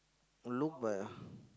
look b~